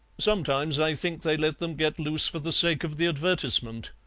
sometimes i think they let them get loose for the sake of the advertisement.